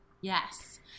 Yes